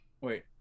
Wait